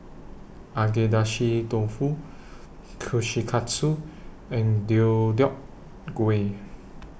Agedashi Dofu Kushikatsu and Deodeok Gui